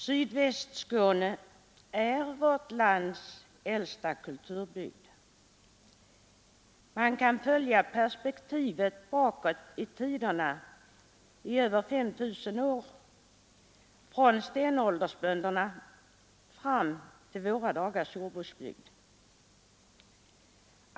Sydvästskåne är vårt lands äldsta kulturbygd. Man kan följa perspektivet bakåt i tiden i över 5 000 år, från stenåldersbönderna fram till våra dagars jordbruksbygd.